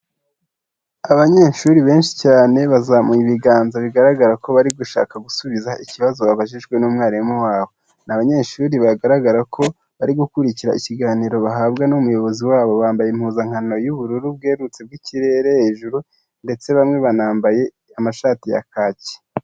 Abanyeshuri benshi cyane bazamuha ibiganza bigaragara ko bari gushaka gusubiza ikibazo babajijwe n'umwarimu wabo, ni abanyeshuri bagaragara ko bari gukurikira ikiganiro bahabwa n'umuyobozi wabo bambaye impuzankano y'ubururu bwerurutse bw'ikirere hejuru ndetse bamwe banambaye amashati ya kacyi.